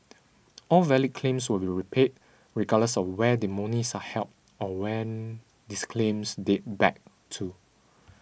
all valid claims will be repaid regardless of where the monies are held or when these claims date back to